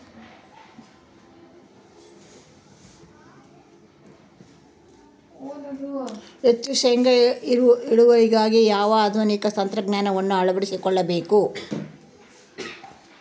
ಹೆಚ್ಚು ಶೇಂಗಾ ಇಳುವರಿಗಾಗಿ ಯಾವ ಆಧುನಿಕ ತಂತ್ರಜ್ಞಾನವನ್ನು ಅಳವಡಿಸಿಕೊಳ್ಳಬೇಕು?